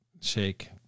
shake